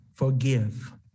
Forgive